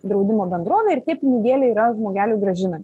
draudimo bendrovę ir tie pinigėliai yra žmogeliui grąžinami